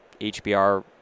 HBR